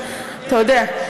אתה יודע.